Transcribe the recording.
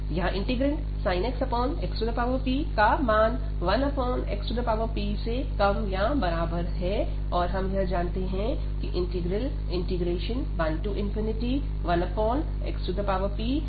यहां integrand sin x xpका मान 1xpसे कम या बराबर है और हम यह जानते हैं की इंटीग्रल 11xpdx कन्वर्ज करता है